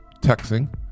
texting